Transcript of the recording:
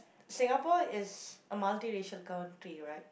Singapore is a multiracial country right